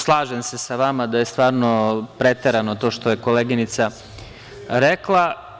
Slažem se sa vama da je stvarno preterano to što je koleginica rekla.